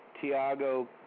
Tiago